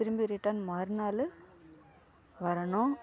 திரும்பி ரிட்டர்ன் மறுநாள் வரணும்